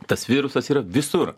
tas virusas yra visur